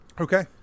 Okay